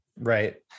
Right